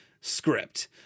script